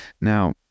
Now